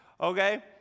okay